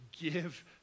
give